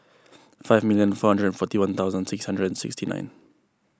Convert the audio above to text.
five million four hundred and forty one thousand six hundred and sixty nine